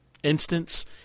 instance